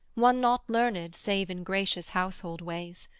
one not learned, save in gracious household ways,